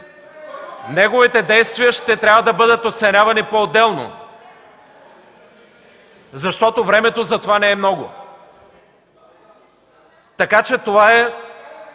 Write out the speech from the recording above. неговите действия ще трябва да бъдат оценявани поотделно, защото времето за това не е много. КРАСИМИР